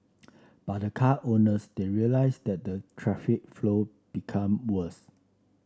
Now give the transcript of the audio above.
but the car owners they realised that the traffic flow become worse